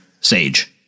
Sage